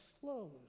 flows